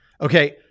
Okay